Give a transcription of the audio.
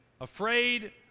afraid